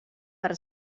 per